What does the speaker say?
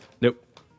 Nope